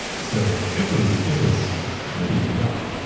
so it was it was pretty rough.